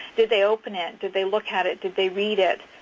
did they open it? did they look at it? did they read it?